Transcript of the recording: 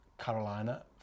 Carolina